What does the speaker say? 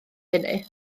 hynny